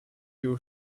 your